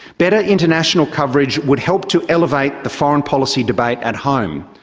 better international coverage would help to elevate the foreign policy debate at home,